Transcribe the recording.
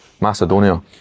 Macedonia